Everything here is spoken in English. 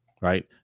right